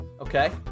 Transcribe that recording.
Okay